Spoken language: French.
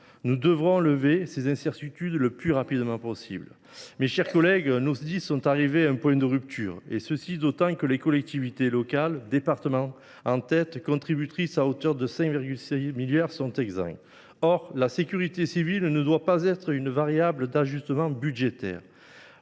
Nous devons lever ces incertitudes le plus rapidement possible. Mes chers collègues, nos Sdis sont arrivés à un point de rupture, et ce d’autant que les collectivités locales, départements en tête, contributrices à hauteur de 5,6 milliards d’euros, sont exsangues. Or la sécurité civile ne saurait être une variable d’ajustement budgétaire